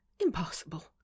Impossible